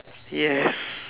yes